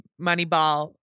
Moneyball